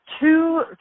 two